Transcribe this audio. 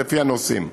לפי הנושאים,